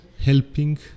helping